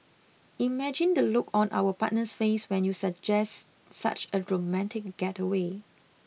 imagine the look on our partner's face when you suggest such a romantic getaway